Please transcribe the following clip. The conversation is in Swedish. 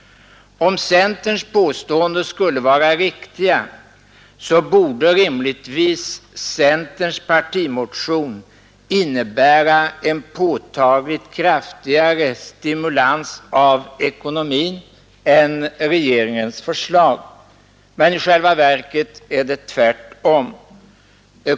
Om centerns påståenden skulle vara riktiga borde rimligtvis centerns partimotion innebära en påtagligt kraftigare stimulans av ekonomin än regeringens förslag, men i själva verket är det tvärtom.